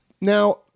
Now